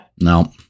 no